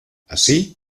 así